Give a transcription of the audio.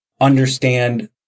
understand